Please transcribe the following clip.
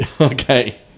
Okay